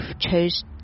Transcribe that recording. chose